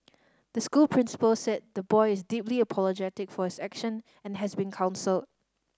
the school principal said the boy is deeply apologetic for his action and has been counselled